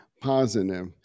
positive